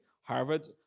Harvard